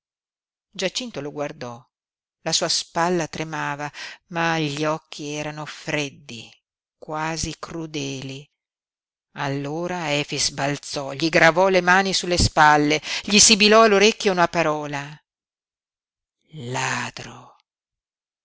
giacinto lo guardò la sua spalla tremava ma gli occhi erano freddi quasi crudeli allora efix balzò gli gravò le mani sulle spalle gli sibilò all'orecchio una parola ladro